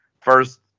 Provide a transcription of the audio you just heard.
first